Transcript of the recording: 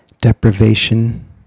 Deprivation